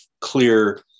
clear